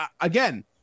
again